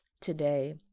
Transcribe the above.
today